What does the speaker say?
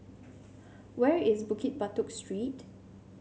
where is Bukit Batok Street